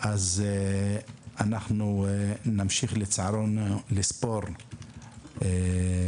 אז אנחנו נמשיך לספור הרוגים לצערנו,